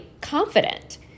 confident